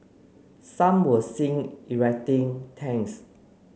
some were seen erecting tents